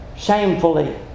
Shamefully